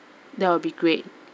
that will great